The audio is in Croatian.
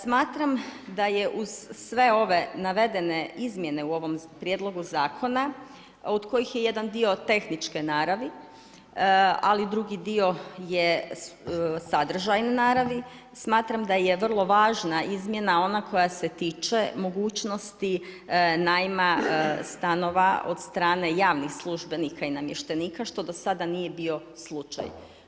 Smatram da je uz sve ove navede izmjene u ovom prijedlogu zakona od kojih je jedan dio tehničke naravi, ali drugi dio je sadržajne naravi, smatram da je vrlo važna izmjena ona koja se tiče mogućnosti najma stanova od strane javnih službenika i namještenika što do sada nije bio slučaj.